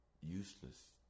Useless